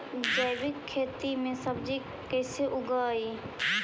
जैविक खेती में सब्जी कैसे उगइअई?